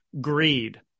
greed